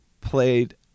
played